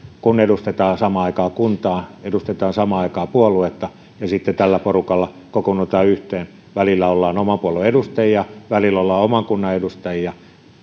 kun edustetaan samaan aikaan kuntaa edustetaan samaan aikaan puoluetta ja sitten tällä porukalla kokoonnutaan yhteen välillä ollaan oman puolueen edustajia välillä ollaan oman kunnan edustajia